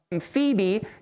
Phoebe